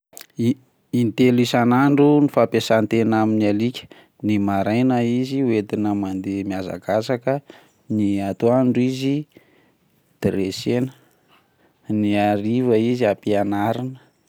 I- intelo isan'andro ny fampiasan-tena amin ny alika, ny maraina izy hoetina mandeha mihazakazaka, ny antoandro izy dresser-na, ny hariva izy ampianarina.